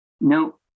no